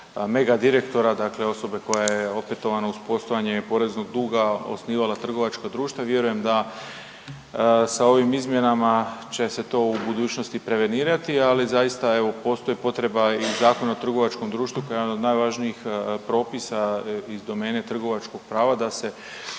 mega direktora, dakle osobe koja je opetovano uz postojanje poreznog duga osnivala trgovačka društva. Vjerujem da sa ovim izmjenama će se to u budućnosti prevenirati, ali zaista evo postoji potreba i u Zakonu o trgovačkom društvu koji je jedan od najvažnijih propisa iz domene trgovačkog prava da se